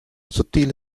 sottile